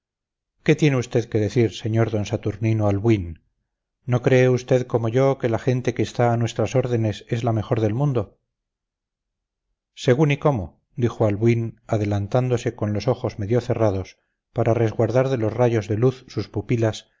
qué tiene usted que decir sr d saturnino albuín no cree usted como yo que la gente que está a nuestras órdenes es la mejor del mundo según y cómo dijo albuín adelantándose con los ojos medio cerrados para resguardar de los rayos de luz sus pupilas